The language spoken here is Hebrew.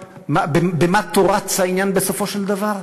במה תורץ העניין בסופו של דבר?